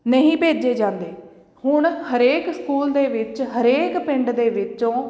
ਨਹੀਂ ਭੇਜੇ ਜਾਂਦੇ ਹੁਣ ਹਰੇਕ ਸਕੂਲ ਦੇ ਵਿੱਚ ਹਰੇਕ ਪਿੰਡ ਦੇ ਵਿੱਚੋਂ